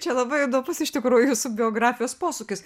čia labai įdomus iš tikrųjų jūsų biografijos posūkis